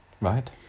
Right